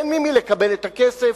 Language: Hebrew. אין ממי לקבל את הכסף,